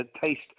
taste